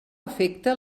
afecta